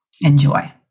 Enjoy